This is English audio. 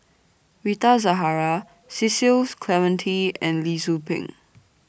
Rita Zahara Cecil Clementi and Lee Tzu Pheng